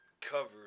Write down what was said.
cover